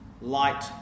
light